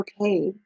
okay